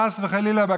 חס וחלילה.